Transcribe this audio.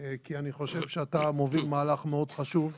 כי אני חושב שאתה מוביל מהלך חשוב מאוד.